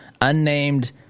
unnamed